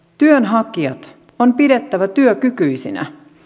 työnhakijat on pidettävä työkykyisinä